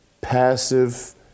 passive